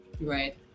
Right